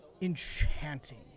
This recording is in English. enchanting